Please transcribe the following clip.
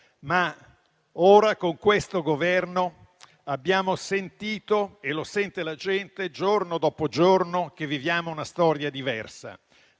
ma ora con questo Governo abbiamo sentito - e lo sente la gente giorno dopo giorno - che viviamo una storia diversa